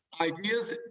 ideas